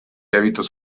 hábitos